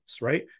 right